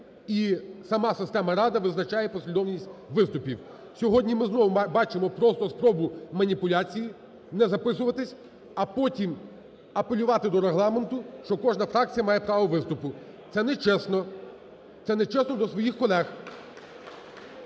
і сама система "Рада" визначає послідовність виступів. Сьогодні ми знову бачимо просто спробу маніпуляцій не записуватися, а потім апелювати до Регламенту, що кожна фракція має право виступу. Це нечесно, це нечесно до своїх колег.